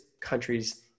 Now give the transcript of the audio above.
countries